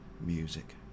music